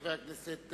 חבר הכנסת